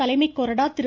தலைமை கொறடா திரு